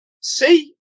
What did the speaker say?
see